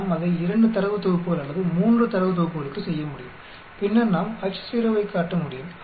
நாம் அதை 2 தரவு தொகுப்புகள் அல்லது 3 தரவு தொகுப்புகளுக்குச் செய்ய முடியும் பின்னர் நாம் Ho வைக் காட்ட முடியும்